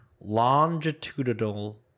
longitudinal